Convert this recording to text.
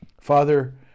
Father